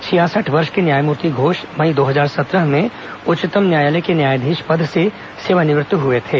छियासठ वर्ष के न्यायमूर्ति घोष मई दो हजार सत्रह में उच्चतम न्यायालय के न्यायाधीश पद से सेवा निवृत्त हुए थे